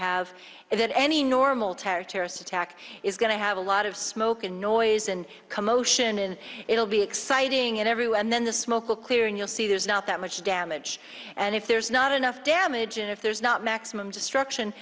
have it any normal terror terrorist attack is going to have a lot of smoke and noise and commotion and it'll be exciting in every way and then the smoke will clear and you'll see there's not that much damage and if there's not enough damage and if there's not maximum destruction